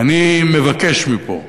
ואני מבקש מפה